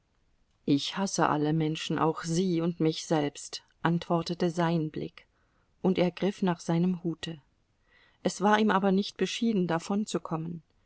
ich hasse alle menschen auch sie und mich selbst antwortete sein blick und er griff nach sei nem hute es war ihm aber nicht beschieden